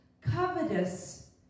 Covetous